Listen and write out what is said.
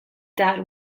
that